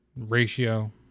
ratio